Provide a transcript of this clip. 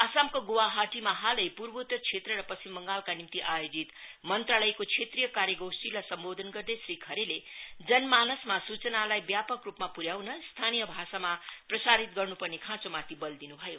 आसामको गुवाहाटीमा हालै पूर्वोत्तर क्षेत्र र पश्चिम बंगालका निम्ति आयोजित मंत्रालयको क्षेत्रीय कार्यगोष्ठीलाई सम्वोधन गर्दै श्री खरेलले जनसानसमा सूचनालाई व्यापक रुपमा पुर्याउन स्थानीय भाषामा प्रसारित गर्नुपर्ने खाँचोमाथि बल दिनु भयो